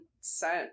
cent